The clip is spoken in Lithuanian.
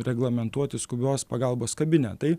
reglamentuoti skubios pagalbos kabinetai